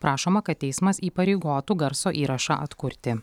prašoma kad teismas įpareigotų garso įrašą atkurti